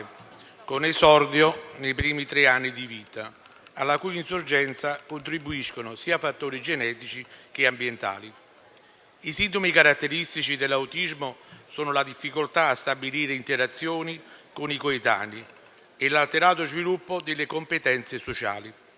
con esordio nei primi tre anni di vita, alla cui insorgenza contribuiscono fattori sia genetici, che ambientali. I sintomi caratteristici dell'autismo sono la difficoltà a stabilire interazioni con i coetanei e 1'alterato sviluppo delle competenze sociali.